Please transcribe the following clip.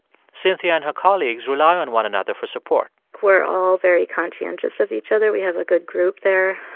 cynthia and her colleagues rely on one another for support we're all very conscientious of each other. we have a good group there.